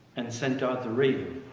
and sent out the raven